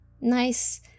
nice